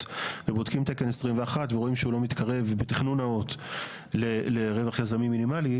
ובודקים תקן 21 ורואים שהוא לא מתקרב בתכנון נאות לרווח יזמי מינימלי,